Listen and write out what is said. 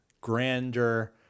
grander